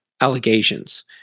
allegations